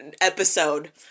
episode